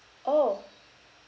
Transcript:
orh